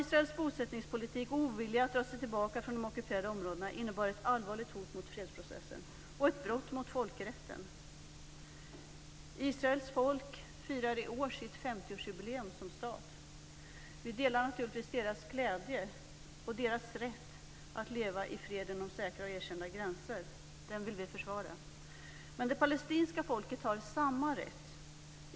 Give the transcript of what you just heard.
Israels bosättningspolitik och ovilja att dra sig tillbaka från de ockuperade områdena innebar ett allvarligt hot mot fredsprocessen och ett brott mot folkrätten. Israels folk firar i år sitt 50 årsjubileum som stat. Vi delar naturligtvis deras glädje, och vi vill försvara deras rätt att leva i fred inom säkra och erkända gränser. Men det palestinska folket har samma rätt.